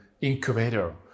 incubator